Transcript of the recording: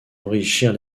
enrichir